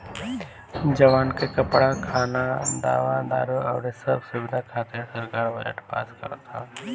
जवान के कपड़ा, खाना, दवा दारु अउरी सब सुबिधा खातिर सरकार बजट पास करत ह